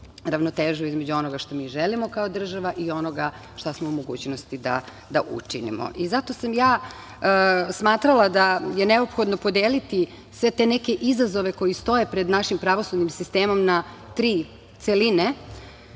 ravnotežu između onoga što mi želimo kao država i i onoga šta smo u mogućnosti da učinimo. Zato sam ja smatrala da je neophodno podeliti sve te neke izazove koji stoje pred našim pravosudnim sistemom na tri celine.